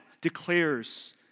declares